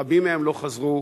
רבים מהם לא חזרו.